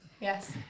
Yes